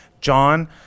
John